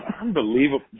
Unbelievable